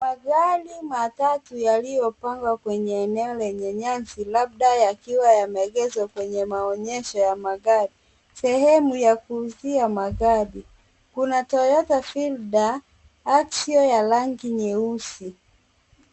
Magari matatu yaliyopangwa kwenye eneo lenye nyasi labda yakiwa yameegeshwa kwenye maonyesho ya magari. Sehemu ya kuuzia magari kuna Toyota Fielder axio ya rangi nyeusi.